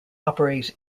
operate